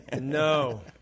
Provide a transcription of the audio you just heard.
No